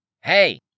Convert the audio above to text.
Hey